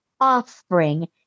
offspring